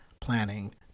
planning